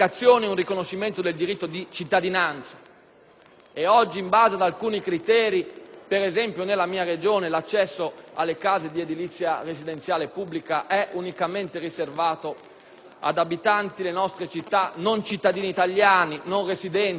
il diritto di cittadinanza. Per esempio, nella mia Regione, l'accesso alle case di edilizia residenziale pubblica è oggi unicamente riservato agli abitanti delle nostre città, non cittadini italiani e non residenti, che spesso si trovano in una fascia di emarginazione superiore.